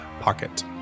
pocket